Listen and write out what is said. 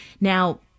Now